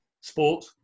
sport